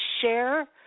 share